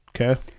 Okay